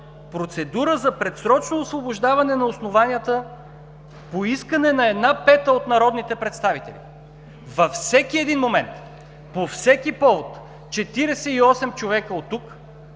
процедура за предсрочно освобождаване на основанията „по искане на една пета от народните представители“. Във всеки един момент, по всеки повод 48 човека от тук